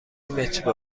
مترو